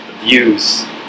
views